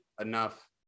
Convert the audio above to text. enough